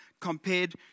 compared